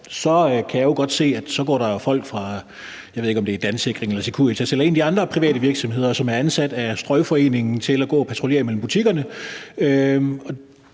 fra, jeg ved ikke, om det er Dansikring eller Securitas eller en af de andre private virksomheder, som er ansat af Strøgforeningen til at gå og patruljere mellem butikkerne.